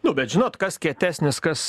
nu bet žinot kas kietesnis kas